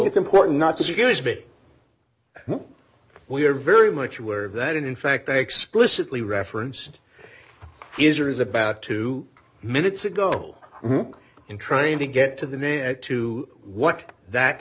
it's important not to use bit we are very much aware of that and in fact i explicitly referenced is or is about two minutes ago in trying to get to the name and to what that